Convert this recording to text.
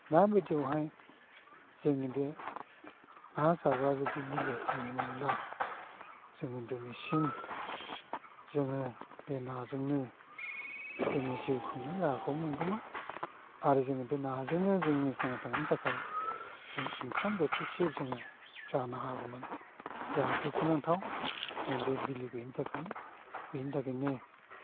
दाबायदियावहाय जोंनि बे ना सारग्रा जिथु बिलोआ थानायमोनब्ला जों दिनैसिम जोङो बे नाजोंनो जोंनि जिउ खुंनाय राहाखौ मोनगौमोन आरो जों बे नाजोंनो जोंनि थांना थानायनि थाखाय जों ओंखाम बोथिसे जोङो जानो हागौमोन दुखुनांथाव बिलो गैयिनि थाखाय बिनि थाखायनो